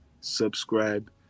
subscribe